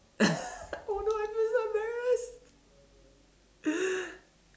oh no I feel so embarrassed